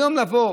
היום לבוא,